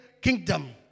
kingdom